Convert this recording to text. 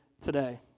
today